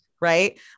right